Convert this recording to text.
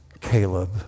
Caleb